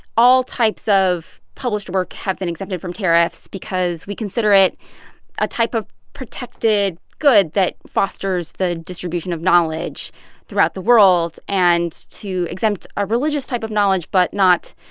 all types of published work have been exempted from tariffs because we consider it a type of protected good that fosters the distribution of knowledge throughout the world. and to exempt a religious type of knowledge but not,